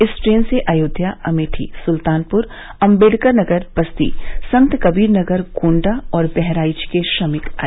इस ट्रेन से अयोध्या अमेठी सुल्तानपुर अंबेडकरनगर बस्ती संतकबीरनगर गोण्डा और बहराइच के श्रमिक आए